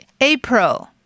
April